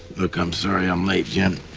look, i'm sorry i'm late jim.